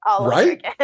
Right